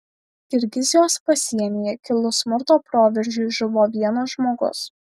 kirgizijos pasienyje kilus smurto proveržiui žuvo vienas žmogus